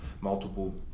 multiple